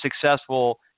successful